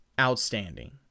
outstanding